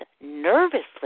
nervously